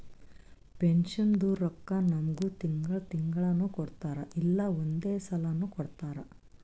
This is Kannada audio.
ಪೆನ್ಷನ್ದು ರೊಕ್ಕಾ ನಮ್ಮುಗ್ ತಿಂಗಳಾ ತಿಂಗಳನೂ ಕೊಡ್ತಾರ್ ಇಲ್ಲಾ ಒಂದೇ ಸಲಾನೂ ಕೊಡ್ತಾರ್